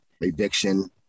eviction